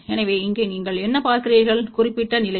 எனவே இங்கே நீங்கள் என்ன பார்க்கிறீர்கள் குறிப்பிட்ட நிலை